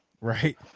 Right